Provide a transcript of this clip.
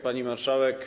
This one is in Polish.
Pani Marszałek!